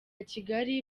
kigali